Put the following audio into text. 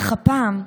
אך הפעם,